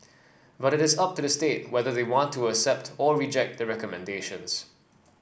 but it is up to the state whether they want to accept or reject the recommendations